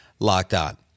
LOCKEDON